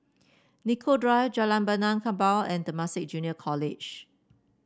Nicoll Drive Jalan Benaan Kapal and Temasek Junior College